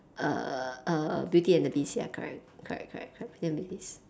err err beauty and the beast ya correct correct correct correct beauty and the beast